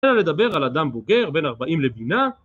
אפשר לדבר על אדם בוגר בן 40 לבינה